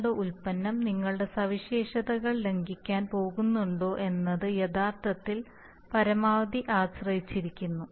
നിങ്ങളുടെ ഉൽപ്പന്നം നിങ്ങളുടെ സവിശേഷതകൾ ലംഘിക്കാൻ പോകുന്നുണ്ടോ എന്നത് യഥാർത്ഥത്തിൽ പരമാവധി ആശ്രയിച്ചിരിക്കുന്നു